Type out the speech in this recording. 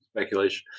speculation